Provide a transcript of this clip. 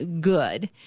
good